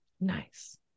Nice